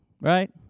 right